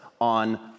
on